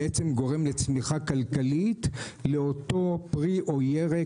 בעצם גורם לצמיחה כלכלית לאותו פרי או ירק,